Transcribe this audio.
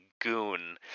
goon